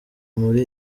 muri